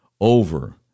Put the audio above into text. over